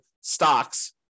stocks